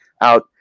out